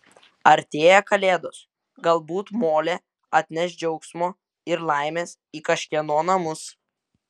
artėja kalėdos galbūt molė atneš džiaugsmo ir laimės į kažkieno namus